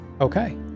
Okay